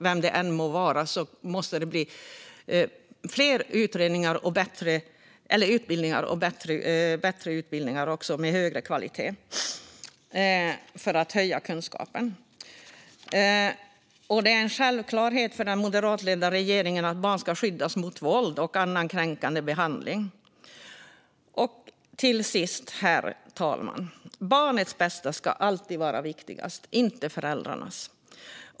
Vem det än må vara måste det bli fler och bättre utbildningar med högre kvalitet för att höja kunskapen. Det är en självklarhet för den moderatledda regeringen att barn ska skyddas mot våld och annan kränkande behandling. Till sist, herr talman: Barnets bästa ska alltid vara viktigast - inte föräldrarnas bästa.